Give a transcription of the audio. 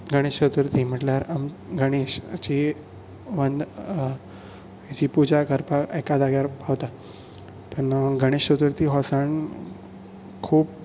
गणेश चतुर्थी म्हणल्यार गणेश हांची वंध हाची पुजा करपाक एका जाग्यार पावता तेन्ना गणेश चतुर्थी हो सण खूब